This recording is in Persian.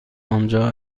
آنجا